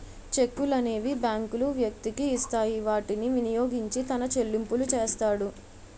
చెక్కులనేవి బ్యాంకులు వ్యక్తికి ఇస్తాయి వాటిని వినియోగించి తన చెల్లింపులు చేస్తాడు